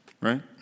right